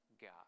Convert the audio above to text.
God